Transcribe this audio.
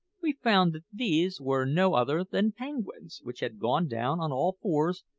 we found that these were no other than penguins which had gone down on all fours,